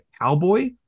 cowboy